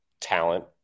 talent